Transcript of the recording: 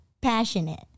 passionate